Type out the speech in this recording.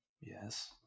Yes